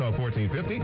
1450